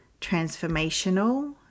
transformational